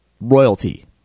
royalty